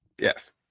yes